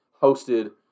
hosted